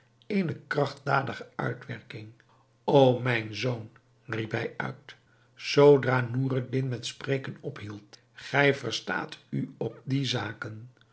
eene krachtdadige uitwerking o mijn zoon riep hij uit zoodra noureddin met spreken ophield gij verstaat u op die zaken